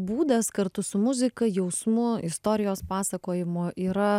būdas kartu su muzika jausmu istorijos pasakojimu yra